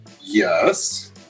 Yes